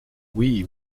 oui